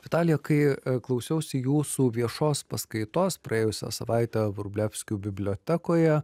vitalija kai klausiausi jūsų viešos paskaitos praėjusią savaitę vrublevskių bibliotekoje